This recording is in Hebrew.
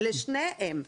לשניהם.